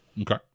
Okay